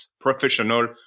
Professional